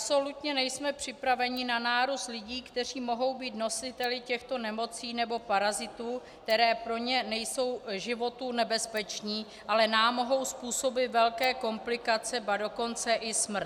Absolutně nejsme připraveni na nárůst lidí, kteří mohou být nositeli těchto nemocí nebo parazitů, kteří pro ně nejsou životu nebezpeční, ale nám mohou způsobit velké komplikace, ba dokonce i smrt.